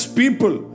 people